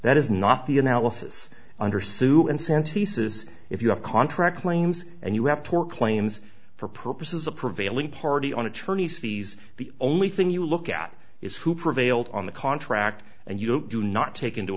that is not the analysis under sue and sente says if you have contract claims and you have tort claims for purposes of prevailing party on attorney's fees the only thing you look at is who prevailed on the contract and you do not take into